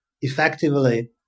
effectively